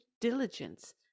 diligence